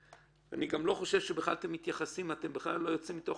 אני לא חושב שאתם מתייחסים לזה שאתם בכלל לא יוצאים מתוך